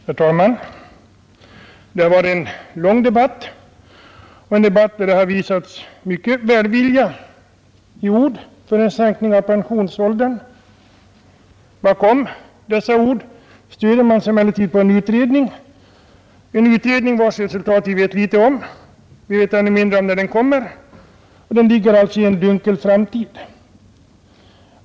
Herr talman! Det har varit en lang debatt, en debatt där det visats mycken välvilja i ord för en sänkning av pensionsåldern. Bakom dessa ord stöder man sig emellertid på en utredning, en utredning vars resultat vi vet föga om. Vi vet ännu mindre om när den kommer. Den ligger alltså i en dunkel framtid.